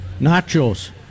Nachos